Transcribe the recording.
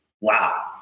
Wow